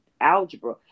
algebra